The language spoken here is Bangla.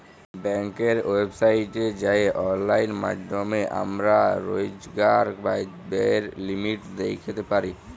ব্যাংকের ওয়েবসাইটে যাঁয়ে অললাইল মাইধ্যমে আমরা রইজকার ব্যায়ের লিমিট দ্যাইখতে পারি